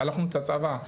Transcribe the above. שלחנו את הצבא,